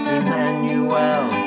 Emmanuel